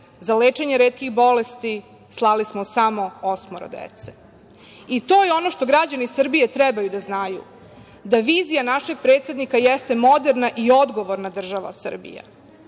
za lečenje retkih bolesti slali smo samo osmoro dece. To je ono što građani Srbije trebaju da znaju, da vizije našeg predsednika jeste moderna i odgovorna država Srbija.